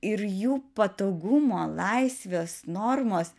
ir jų patogumo laisvės normos